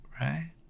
right